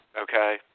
okay